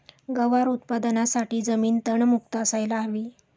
गवार उत्पादनासाठी जमीन तणमुक्त असायला हवी